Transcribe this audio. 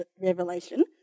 revelation